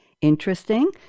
Interesting